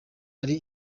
uri